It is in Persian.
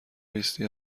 لیستی